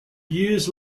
years